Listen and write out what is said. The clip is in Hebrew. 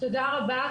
תודה רבה.